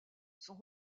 sont